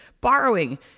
borrowing